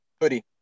hoodie